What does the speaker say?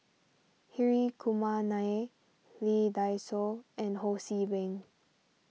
Hri Kumar Nair Lee Dai Soh and Ho See Beng